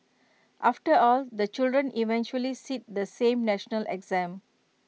after all the children eventually sit the same national exam